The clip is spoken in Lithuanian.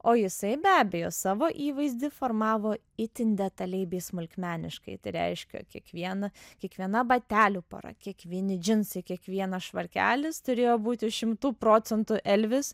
o jisai be abejo savo įvaizdį formavo itin detaliai bei smulkmeniškai tai reiškia kiekviena kiekviena batelių pora kiekvieni džinsai kiekvienas švarkelis turėjo būti šimtu procentų elvis